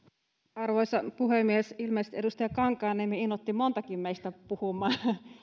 arvoisa puhemies ilmeisesti edustaja kankaanniemi innoitti montakin meistä puhumaan